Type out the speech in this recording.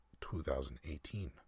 2018